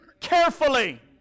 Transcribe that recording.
carefully